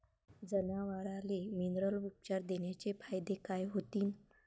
जनावराले मिनरल उपचार देण्याचे फायदे काय होतीन?